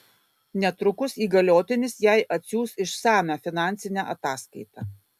netrukus įgaliotinis jai atsiųs išsamią finansinę ataskaitą